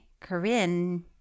Corinne